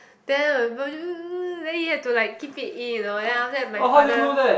then my then he had to like keep it in you know then like after that my father